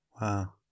Wow